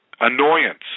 annoyance